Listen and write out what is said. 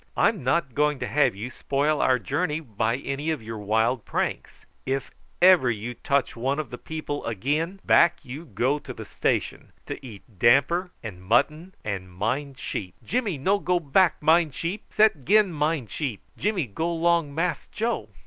i'm not going to have you spoil our journey by any of your wild pranks if ever you touch one of the people again, back you go to the station to eat damper and mutton and mind sheep. jimmy no go back mind sheep set gin mind sheep. jimmy go long mass joe.